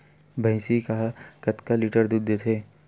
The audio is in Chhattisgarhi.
भंइसी हा कतका लीटर दूध देथे?